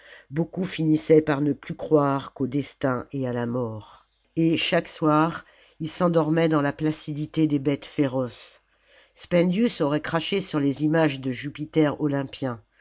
beaucoup finissaient par ne plus croire qu'au destin et à la mort et chaque soir ils s'endormaient dans la placidité des bêtes féroces spendius aurait craché sur les images de jupiter